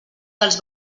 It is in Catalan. dels